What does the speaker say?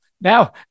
now